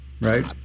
Right